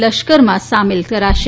લશ્કરમાં સામેલ કરાશે